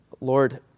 Lord